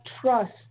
trust